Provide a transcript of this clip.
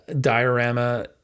diorama